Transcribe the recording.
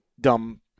dumb